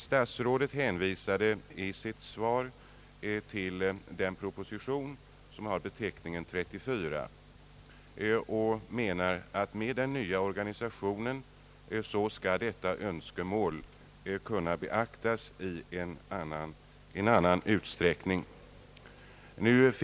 Statsrådet hänvisade i sitt svar till propositionen nr 34 och menade att den nya organisationen skulle göra det möjligt att beakta detta önskemål i en annan utsträckning.